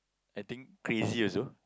I think crazy also